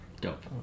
Dope